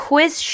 Quiz